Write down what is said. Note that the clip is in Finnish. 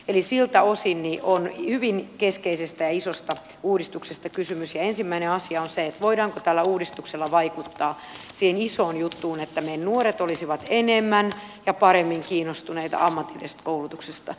eli siltä osin on hyvin keskeisestä ja isosta uudistuksesta kysymys ja ensimmäinen asia on se voidaanko tällä uudistuksella vaikuttaa siihen isoon juttuun että meidän nuoret olisivat enemmän ja paremmin kiinnostuneita ammatillisesta koulutuksesta